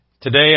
Today